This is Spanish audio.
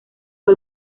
fue